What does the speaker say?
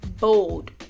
bold